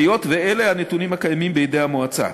היות שאלה הנתונים הקיימים בידי המועצה.